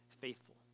faithful